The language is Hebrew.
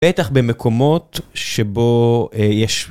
בטח במקומות שבו יש...